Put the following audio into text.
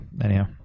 anyhow